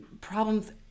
problems